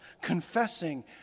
confessing